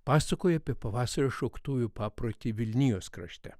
pasakoja apie pavasario šauktųjų paprotį vilnijos krašte